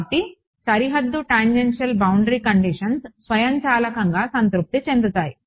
కాబట్టి సరిహద్దు tangential boundary conditions స్వయంచాలకంగా సంతృప్తి చెందాయి